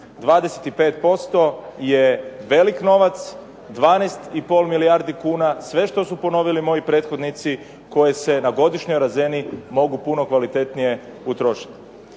25% je velik novac. 12 i pol milijardi kuna sve što su ponovili moji prethodnici koje se na godišnjoj razini mogu puno kvalitetnije utrošiti.